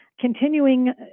continuing